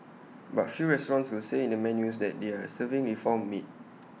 but few restaurants will say in their menus that they are serving reformed meat